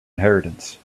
inheritance